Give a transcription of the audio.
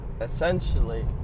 Essentially